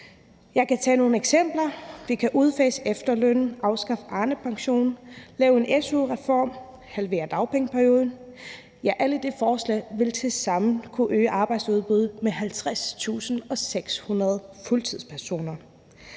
Jeg kan tage nogle eksempler. Vi kan udfase efterlønnen, afskaffe Arnepensionen, lave en su-reform, halvere dagpengeperioden, ja, alle de forslag vil tilsammen kunne øge arbejdsudbuddet med 50.600 fuldtidspersoner.